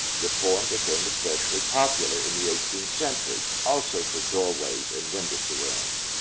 the form became especially popular in the eighteenth century, also for doorways and windows surrounds.